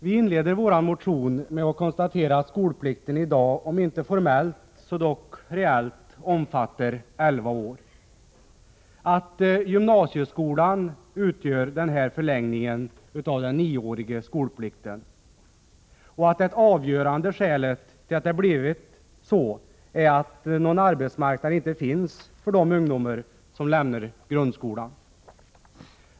Vi inleder vår motion med att konstatera att skolplikten i dag om inte formellt så dock reellt omfattar elva år, att gymnasieskolan utgör en förlängning av den nioåriga skolplikten och att det avgörande skälet till att det blivit på detta sätt är att det inte finns någon arbetsmarknad för de ungdomar som lämnar grundskolan.